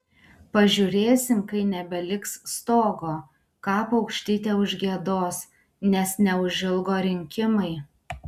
pažiūrėsim kai nebeliks stogo ką paukštytė užgiedos nes neužilgo rinkimai